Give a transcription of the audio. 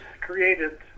created